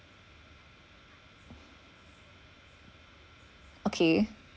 okay